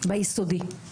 ביסודי.